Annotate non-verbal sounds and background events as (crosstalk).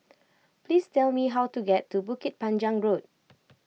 please tell me how to get to Bukit Panjang Road (noise)